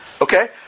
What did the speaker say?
Okay